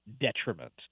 detriment